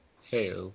Hey